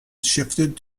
shifted